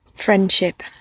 Friendship